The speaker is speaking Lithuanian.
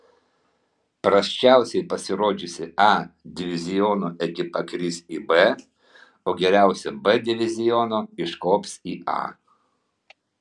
prasčiausiai pasirodžiusi a diviziono ekipa kris į b o geriausia b diviziono iškops į a